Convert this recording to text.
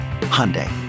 Hyundai